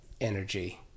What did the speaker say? energy